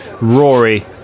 Rory